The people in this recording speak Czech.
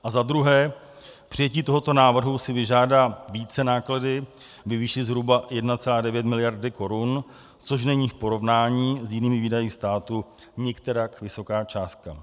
A za druhé, přijetí tohoto návrhu si vyžádá vícenáklady ve výši zhruba 1,9 miliardy korun, což není v porovnání s jinými výdaji státu nikterak vysoká částka.